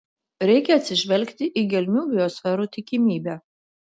reikia atsižvelgti į gelmių biosferų tikimybę